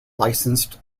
licensed